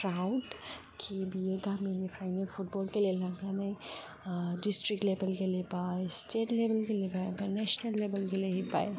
proud कि बियो गामिनिफ्रायनो फुटब'ल गेलेलांनानै डिस्ट्रिक्ट लेवेल गेलेबाय स्टेट लेवेल गेलेबाय आमफ्राय नेशनेल लेवेल गेलेहैबाय